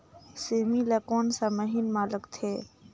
सेमी ला कोन सा महीन मां लगथे?